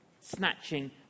snatching